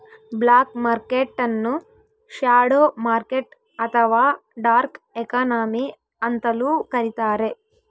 block market ನ್ನು shadow market ಅಥವಾ dark economy ಅಂತಲೂ ಕರಿತಾರೆ